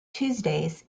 tuesdays